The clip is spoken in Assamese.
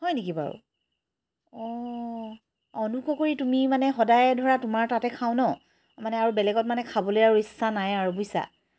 হয় নেকি বাৰু অঁ অনুগ্ৰহ কৰি তুমি মানে সদায় ধৰা তোমাৰ তাতে খাওঁ ন মানে আৰু বেলেগত মানে খাবলৈ আৰু ইচ্ছা নাই আৰু বুইছা